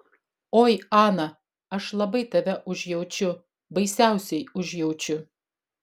oi ana aš labai tave užjaučiu baisiausiai užjaučiu